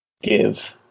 give